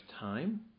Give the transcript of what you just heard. time